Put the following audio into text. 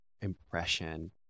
impression